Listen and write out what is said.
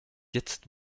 jetzt